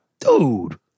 Dude